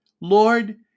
Lord